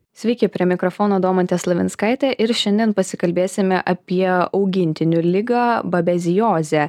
sveiki prie mikrofono domantė slavinskaitė ir šiandien pasikalbėsime apie augintinio ligą babeziozę